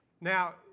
Now